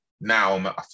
now